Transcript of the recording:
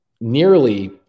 nearly